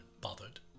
bothered